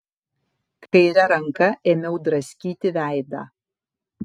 kaire ranka ėmiau draskyti veidą